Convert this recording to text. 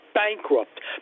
bankrupt